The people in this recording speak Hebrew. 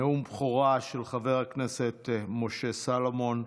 נאום בכורה של חבר הכנסת משה סולומון.